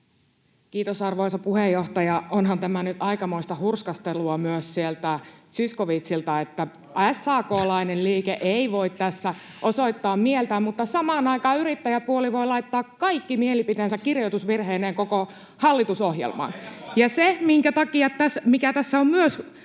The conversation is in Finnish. Kiitos, arvoisa puheenjohtaja! Onhan tämä nyt aikamoista hurskastelua myös Zyskowiczilta, että SAK:lainen liike ei voi tässä osoittaa mieltään, mutta samaan aikaan yrittäjäpuoli voi laittaa kaikki mielipiteensä kirjoitusvirheineen koko hallitusohjelmaan.